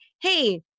hey